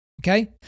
Okay